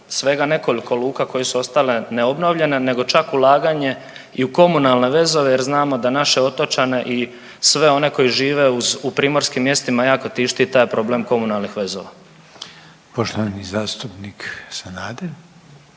svega nekoliko luka koje su ostale neobnovljene nego čak ulaganje i u komunalne vezove jer znamo da naše otočane i sve one koji žive u primorskim mjestima jako tišti taj problem komunalnih vezova. **Reiner,